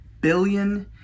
billion